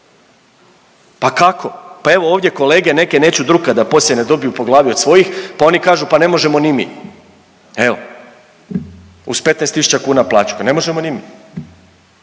pa kako? Pa evo ovdje kolege neke, neću drukat da poslije ne dobijem po glavi od svojih, pa oni kažu pa ne možemo ni mi, evo uz 15 tisuća kuna plaću, pa ne možemo ni mi